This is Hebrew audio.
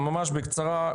ממש בקצרה,